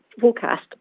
forecast